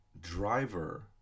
driver